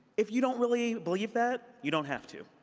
if you don't really believe that, you don't have to.